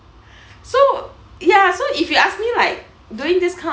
so ya so if you ask me like during this kind